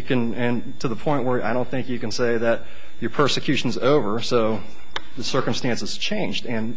you can and to the point where i don't think you can say that you're persecution is over so the circumstances changed and